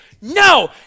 No